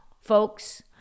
folks